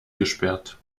gesperrt